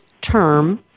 term